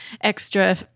extra